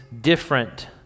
different